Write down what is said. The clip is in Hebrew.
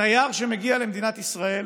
התייר שמגיע למדינת ישראל,